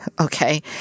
Okay